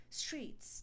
streets